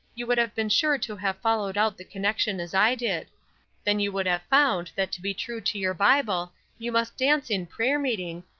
you would have been sure to have followed out the connection as i did then you would have found that to be true to your bible you must dance in prayer-meeting,